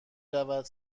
رود